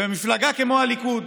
ומפלגה כמו הליכוד,